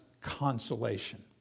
consolation